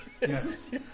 Yes